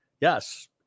Yes